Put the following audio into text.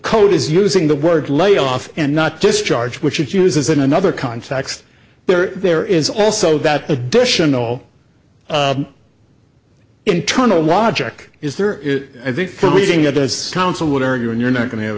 code is using the word layoff and not just charge which it uses in another context there there is also that additional internal logic is there is i think from reading it as counsel would argue and you're not going to have